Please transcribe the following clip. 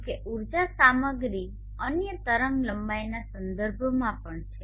જો કે ઊર્જા સામગ્રી અન્ય તરંગલંબાઇના સંદર્ભમાં પણ છે